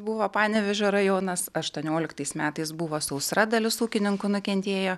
buvo panevėžio rajonas aštuonioliktais metais buvo sausra dalis ūkininkų nukentėjo